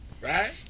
Right